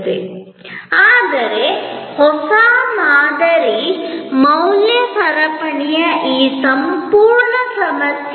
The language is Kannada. ಹೆಚ್ಚು ಜಂಕ್ ರಾಶಿ ತುಕ್ಕು ಹಿಡಿಯಲಿಲ್ಲ ಮತ್ತು ಗ್ರಾಹಕರ ತೃಪ್ತಿಗೆ ಪರಿಹಾರವಿದೆ ಅವರು ಅಡಿಪಾಯದ ಮೂಲವನ್ನು ಹುಡುಕುತ್ತಿದ್ದರು ಭೂಮಿಯ ತೆಗೆಯುವಿಕೆಯನ್ನು ಹುಡುಕುತ್ತಿದ್ದರು ಮತ್ತು ಭೂಮಿಯನ್ನು ತೆಗೆದುಹಾಕುವ ಯಂತ್ರದ ಅಗತ್ಯವಿಲ್ಲ